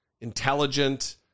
intelligent